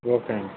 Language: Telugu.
ఓకేనండి